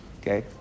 okay